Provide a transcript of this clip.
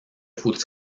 faut